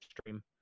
stream